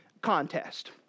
contest